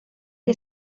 que